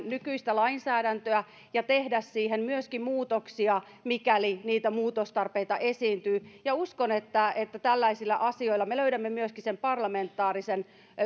nykyistä lainsäädäntöä ja tehdä siihen myöskin muutoksia mikäli niitä muutostarpeita esiintyy ja uskon että että tällaisilla asioilla me löydämme myöskin sen parlamentaarisen